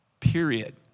Period